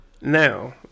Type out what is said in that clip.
Now